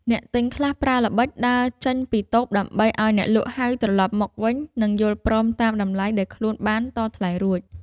អ្នកទិញខ្លះប្រើល្បិចដើរចេញពីតូបដើម្បីឱ្យអ្នកលក់ហៅត្រឡប់មកវិញ និងយល់ព្រមតាមតម្លៃដែលខ្លួនបានតថ្លៃរួច។